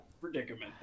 predicament